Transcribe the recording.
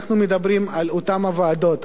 אנחנו מדברים על אותן הוועדות,